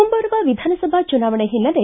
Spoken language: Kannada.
ಮುಂಬರುವ ವಿಧಾನಸಭಾ ಚುನಾವಣೆ ಹಿನ್ನೆಲೆ